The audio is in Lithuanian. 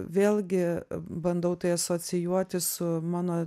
vėlgi bandau tai asocijuoti su mano